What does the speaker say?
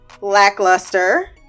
lackluster